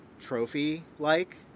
trophy-like